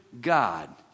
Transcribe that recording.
God